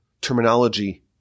terminology